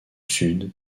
sud